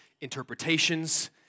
interpretations